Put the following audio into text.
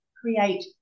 create